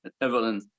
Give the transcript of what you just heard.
Evelyn